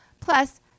plus